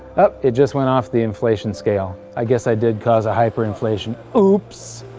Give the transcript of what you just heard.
ah! it just went off the inflation scale i guess i did cause a hyper-inflation. oops!